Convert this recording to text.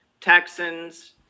Texans